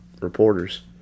reporters